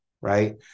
Right